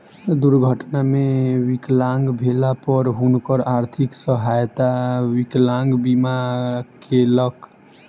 दुर्घटना मे विकलांग भेला पर हुनकर आर्थिक सहायता विकलांग बीमा केलक